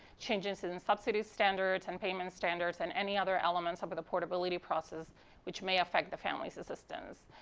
changes in subsidies standards and payment standards and any other elements of of the portability process which may affect the family's assistance.